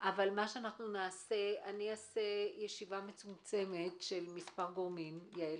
אבל מה שנעשה אעשה ישיבה מצומצמת של מספר גורמים יעל,